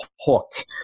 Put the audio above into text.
hook